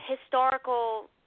historical